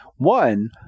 One